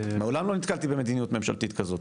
מעולם לא נתקלתי במדיניות ממשלתית כזו,